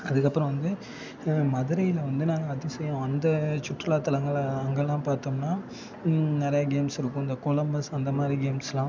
அதுக்கப்புறம் வந்து மதுரையில் வந்து நாங்கள் அதிசயம் அந்த சுற்றுலாத்தலங்கள் அங்கேல்லாம் பார்த்தோம்னா நிறையா கேம்ஸு இருக்கும் இந்த கொலம்பஸ் அந்த மாதிரி கேம்ஸ்லாம்